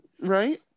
Right